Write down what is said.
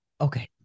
Okay